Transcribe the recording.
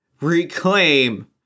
reclaim